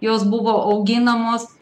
jos buvo auginamos